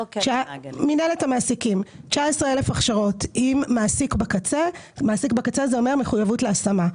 יש 19,000 הכשרות עם מעסיק בקצה שזה אומר מחויבות להשמה.